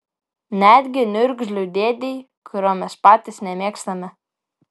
netgi niurgzliui dėdei kurio mes patys nemėgstame